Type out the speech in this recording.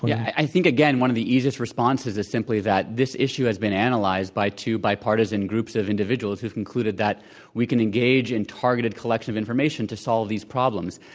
yeah i think, again, one of the easiest responses is simply that this issue has been analyzed by two bipartisan groups of individuals who concluded that we can engage in and targeted collection of information to solve these problems.